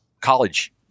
college